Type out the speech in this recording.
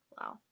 Wow